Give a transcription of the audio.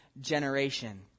generation